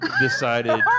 decided